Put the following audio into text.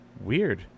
Weird